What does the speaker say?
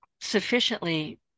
sufficiently